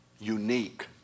Unique